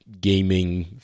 gaming